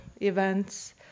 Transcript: events